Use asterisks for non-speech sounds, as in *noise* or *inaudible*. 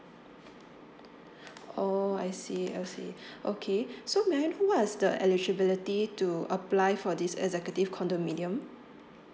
*breath* oh I see I see *breath* okay so may I know what's the eligibility to apply for this executive condominium